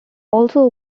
also